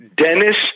Dennis